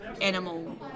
animal